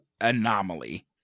anomaly